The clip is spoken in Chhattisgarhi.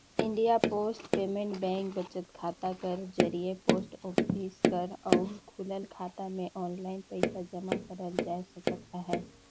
इंडिया पोस्ट पेमेंट बेंक बचत खाता कर जरिए पोस्ट ऑफिस कर अउ खुलल खाता में आनलाईन पइसा जमा करल जाए सकत अहे